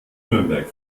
nürnberg